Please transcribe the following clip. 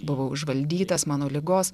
buvau užvaldytas mano ligos